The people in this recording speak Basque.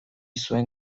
zuen